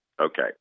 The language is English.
Okay